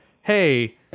hey